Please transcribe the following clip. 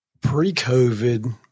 pre-COVID